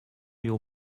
your